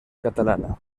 catalana